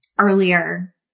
earlier